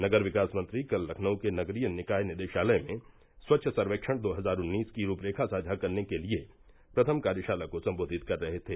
नगर विकास मंत्री कल लखनऊ के नगरीय निकाय निदेशालय में स्वच्छ सर्वेक्षण दो हजार उन्नीस की रूप रेखा साझा करने के लिए प्रथम कार्यशाला को संबोधित कर रहे थे